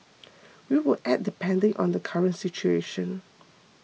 we will act depending on the current situation